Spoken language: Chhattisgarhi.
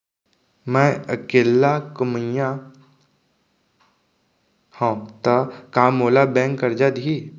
मैं अकेल्ला कमईया हव त का मोल बैंक करजा दिही?